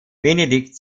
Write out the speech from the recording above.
benedikt